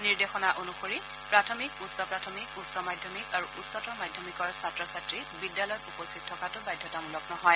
নিৰ্দেশনা অনুসৰি প্ৰাথমিক উচ্চ প্ৰাথমিক উচ্চ মাধ্যমিক আৰু উচ্চতৰ মাধ্যমিকৰ ছাত্ৰ ছাত্ৰী বিদ্যালয়ত উপস্থিত থকাটো বাধ্যতামূলক নহয়